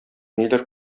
ниләр